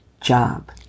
job